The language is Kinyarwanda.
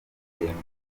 kubatera